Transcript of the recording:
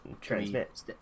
transmit